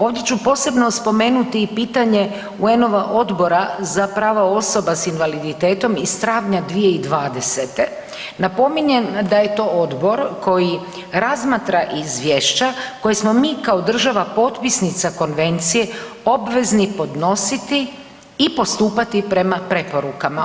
Ovdje ću posebno spomenuti i pitanje UN-ova Odbora za prava osoba s invaliditetom iz travnja 2020., napominjem da je to odbor koji razmatra izvješća koja smo mi kao država potpisnica konvencije obvezni podnositi i postupati prema preporukama.